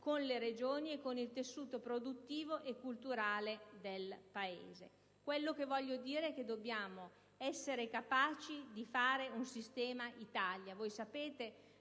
con le Regioni e con il tessuto produttivo e culturale del Paese. Quello che voglio dire è che dobbiamo essere capaci di realizzare un sistema Italia. Sapete